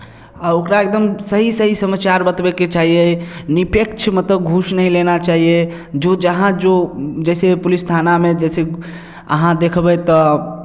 आ ओकरा एकदम सही सही समाचार बतबयके चाहियै निपेक्ष मतलब घूस नहि लेना चाहियै जो जहाँ जो जइसे पुलिस थानामे जइसे अहाँ देखबै तऽ